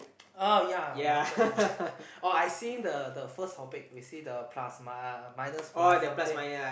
oh ya muscle oh I seen the the first topic we see the plus mi~ uh minus plus something